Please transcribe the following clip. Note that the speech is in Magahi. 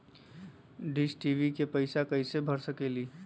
डिस टी.वी के पैईसा कईसे भर सकली?